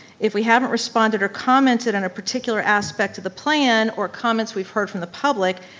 if we haven't responded or commented on a particular aspect of the plan or comments we've heard from the public,